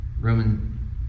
Roman